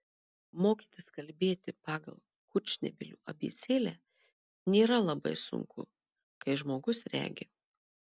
mokytis kalbėti pagal kurčnebylių abėcėlę nėra labai sunku kai žmogus regi